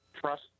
Trust